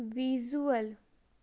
visual